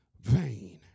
vain